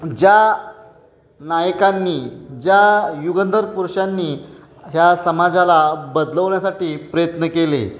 ज्या नायकांनी ज्या युगंधर पुरुषांनी ह्या समाजाला बदलवण्यासाठी प्रयत्न केले